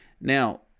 Now